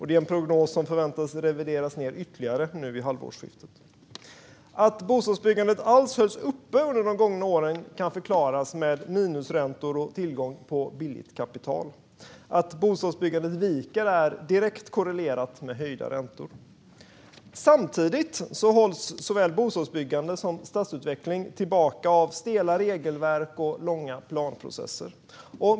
Det är en prognos som väntas revideras ned ytterligare nu i halvårsskiftet. Att bostadsbyggandet alls hölls uppe under de gångna åren kan förklaras med minusräntor och tillgång på billigt kapital. Att bostadsbyggandet viker är direkt korrelerat med höjda räntor. Samtidigt hålls såväl bostadsbyggande som stadsutveckling tillbaka av stela regelverk och långa planprocesser.